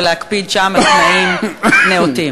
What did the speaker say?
ולהקפיד שם על תנאים נאותים?